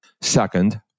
Second